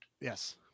Yes